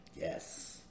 yes